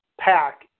pack